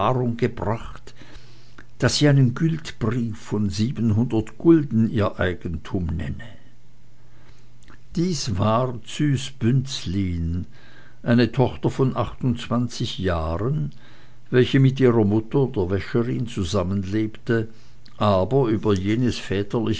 gebracht daß sie einen gültbrief von siebenhundert gulden ihr eigentum nenne dies war züs bünzlin eine tochter von achtundzwanzig jahren welche mit ihrer mutter der wäscherin zusammen lebte aber über jenes väterliche